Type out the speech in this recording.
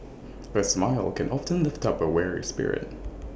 A smile can often lift up A weary spirit